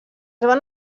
van